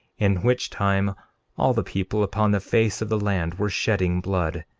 in which time all the people upon the face of the land were shedding blood,